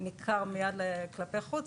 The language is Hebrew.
ניכר מייד כלפי חוץ,